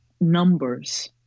numbers